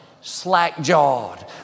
slack-jawed